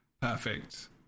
perfect